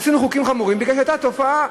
עשינו חוקים חמורים כי הייתה תופעה.